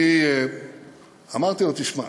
אני אמרתי לו: תשמע,